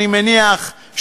אני מניח,